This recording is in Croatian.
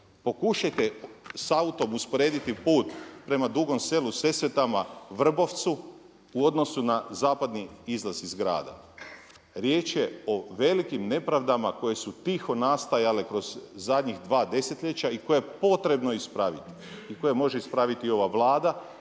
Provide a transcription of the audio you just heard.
pokušajte s autom usporediti put prema Dugom Selu, Sesvetama, Vrbovcu u odnosu na zapadni izlaz iz grada. Riječ je o velikim nepravdama koje su tiho nastajale kroz zadnja dva desetljeća i koja je potrebno ispraviti i koje može ispraviti ova Vlada